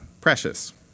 precious